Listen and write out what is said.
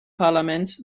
parlaments